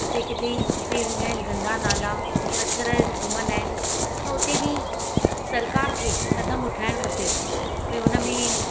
उते किथे ई जिते हुंदा आहिनि गंदा नाला मच्छर घुमंदा आहिनि त उते बि सरकार खे क़दमु उथारणु खपे ॿियो उनमें